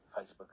Facebook